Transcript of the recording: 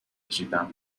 کشیدم